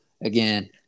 again